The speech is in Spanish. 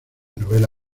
novela